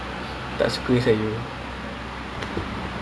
it's good an~ ada vitamin dia semua